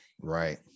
Right